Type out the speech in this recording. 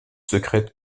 secrète